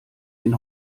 den